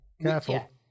Careful